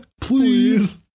Please